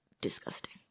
disgusting